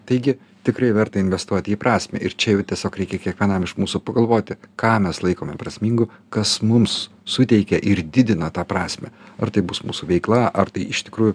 taigi tikrai verta investuoti į prasmę ir čia jau tiesiog reikia kiekvienam iš mūsų pagalvoti ką mes laikome prasmingu kas mums suteikia ir didina tą prasmę ar tai bus mūsų veikla ar tai iš tikrųjų